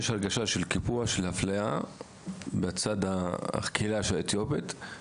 יש הרגשה של קיפוח ושל הפלייה מצד הקהילה האתיופית.